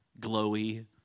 glowy